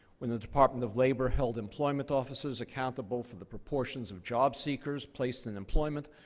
when the department of labor held employment offices accountable for the proportions of job seekers placed in employment,